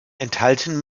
enthalten